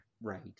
Right